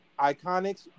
Iconics